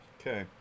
Okay